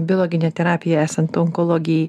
biologinę terapiją esant onkologijai